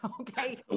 Okay